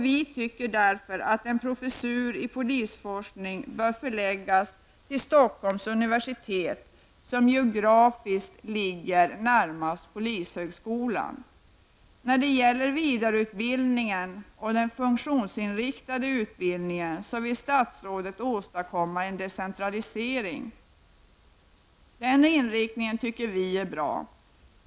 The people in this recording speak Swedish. Vi anser därför att en professur i polisforskning bör förläggas till Stockholms universitet, som geografiskt ligger närmast polishögskolan. När det gäller vidareutbildningen och den funktionsinriktade utbildningen vill statsrådet åstadkomma en decentralisering. Den inriktningen tycker vi är bra.